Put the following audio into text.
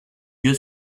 lieu